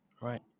right